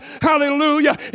hallelujah